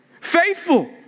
Faithful